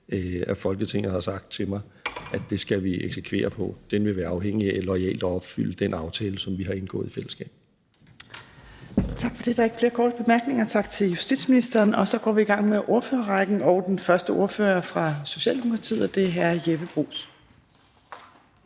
Folketinget har sagt til mig, at det skal vi eksekvere; det vil være afhængigt af loyalt at opfylde den aftale, som vi har indgået i fællesskab. Kl. 13:00 Fjerde næstformand (Trine Torp): Tak for det. Der er ikke flere korte bemærkninger. Tak til justitsministeren, og så går vi i gang med ordførerrækken, og den første ordfører er fra Socialdemokratiet, og det er hr. Jeppe Bruus.